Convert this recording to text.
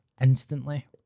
instantly